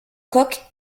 kock